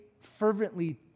fervently